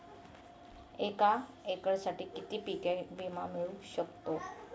एका एकरसाठी किती पीक विमा मिळू शकतो?